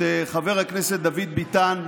את חבר הכנסת דוד ביטן,